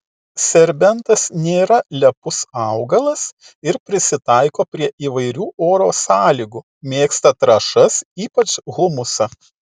serbentas nėra lepus augalas ir prisitaiko prie įvairių oro sąlygų mėgsta trąšas ypač humusą